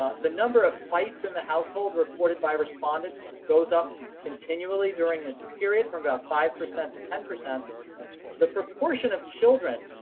ah the number of fights in the household reported by respondents goes up continually during this period from about five percent to ten. the proportion of children,